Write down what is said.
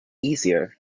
easier